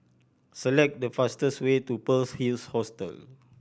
select the fastest way to Pearl's Hill Hostel